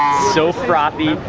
so frothy,